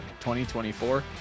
2024